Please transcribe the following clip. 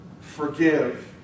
forgive